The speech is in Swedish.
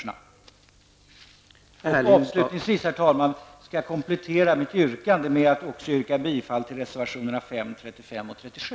Avslutningsvis, herr talman, skall jag komplettera mitt yrkande med att också yrka bifall till reservation 5, 35 och 37.